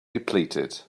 depleted